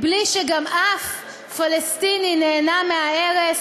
בלי שגם אף פלסטיני נהנה מההרס,